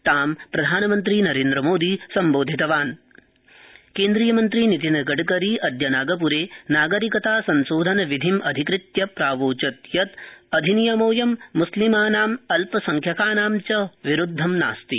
नागप्रे जनसभा केन्द्रीयमन्त्री नितिनगडकरी अद्य नागप्रे नागरिकता संशोधन विधिम् अधिकृत्य प्रावोचत् यत् अधिनियमोज्यम् मुस्लिमानाम् अल्पसंख्यकानां च विरुद्वं नास्ति